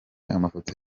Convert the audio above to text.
amafoto